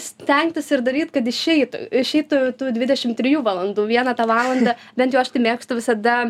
stengtis ir daryt kad išeitų išeitų dvidešim trijų valandų vieną tą valandą bent jau aš tai mėgstu visada